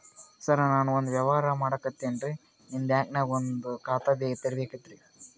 ಸರ ನಾನು ಒಂದು ವ್ಯವಹಾರ ಮಾಡಕತಿನ್ರಿ, ನಿಮ್ ಬ್ಯಾಂಕನಗ ಒಂದು ಖಾತ ತೆರಿಬೇಕ್ರಿ?